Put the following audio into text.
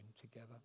together